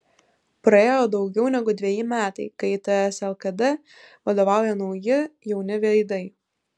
praėjo daugiau negu dveji metai kai ts lkd vadovauja nauji jauni veidai